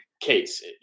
case